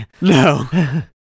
No